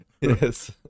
yes